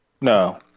No